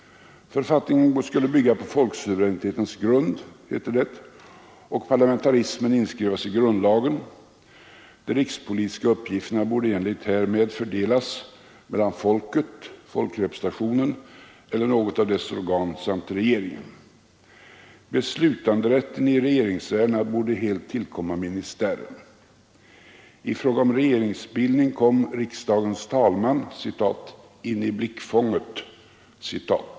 Författningen skulle bygga på folksuveränitetens grund, heter det, och parlamentarismen inskrivas i grundlagen, de rikspolitiska uppgifterna borde i enlighet härmed fördelas mellan folket, folkrepresentationen eller något av dess organ samt regeringen. Beslutanderätten i regeringsärendena borde helt tillkomma ministären. I fråga om regeringsbildning kom riksdagens talman ”in i blickfånget”.